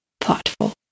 thoughtful